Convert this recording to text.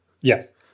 yes